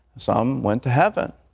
some went to heaven,